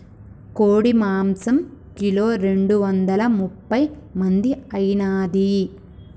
కోడి మాంసం కిలో రెండు వందల ముప్పై మంది ఐనాది